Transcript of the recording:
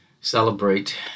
celebrate